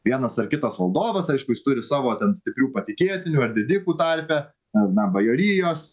vienas ar kitas valdovas aišku jis turi savo ten stiprių patikėtinių ar didikų tarpe ar na bajorijos